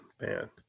man